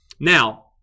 Now